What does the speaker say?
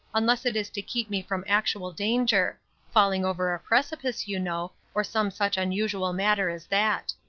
unless it is to keep me from actual danger falling over a precipice, you know, or some such unusual matter as that.